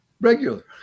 regular